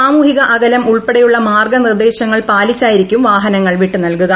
സാമൂഹിക അകലം ഉൾപ്പെടെയുള്ള മാർഗ്ഗനിർദ്ദേശങ്ങൾ പാലിച്ചായി രിക്കും വാഹനങ്ങൾ വിട്ടുനൽകുക